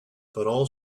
all